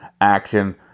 action